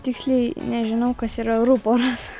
tiksliai nežinau kas yra ruporas